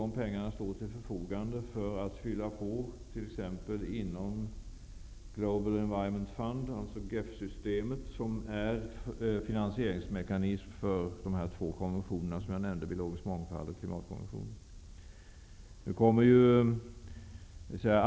De pengarna står till förfogande för påfyllning inom exempelvis Global Environment Fund, dvs. GEF-systemet, som är finansieringsmekanism för de två konventioner som jag nämnde, dvs. biologisk mångfald och klimatkonventionen.